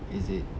is it